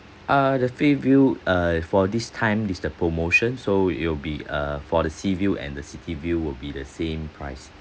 uh the sea view err for this time is the promotion so it'll be err for the sea view and the city view will be the same price